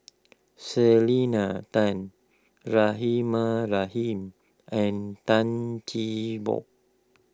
Selena Tan Rahimah Rahim and Tan Cheng Bock